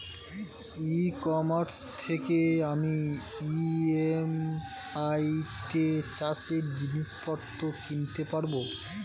ই commerce থেকে আমি EMI তে চাষে জিনিসপত্র কিনতে পারব?